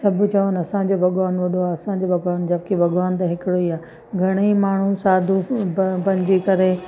सभु चवनि असांजो भॻवानु वॾो आहे असांजो भॻवानु जब की भॻवानु त हिकिड़ो ई आहे घणे ई माण्हू साधू बि बणिजी करे